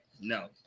No